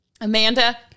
Amanda